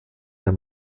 der